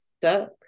stuck